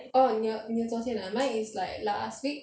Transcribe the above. orh 你的你的昨天 ah mine is like last week